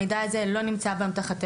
המידע הזה לא נמצא באמתחתנו.